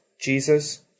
Jesus